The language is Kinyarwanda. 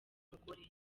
mugore